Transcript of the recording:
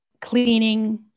cleaning